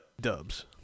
Dubs